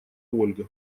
ольга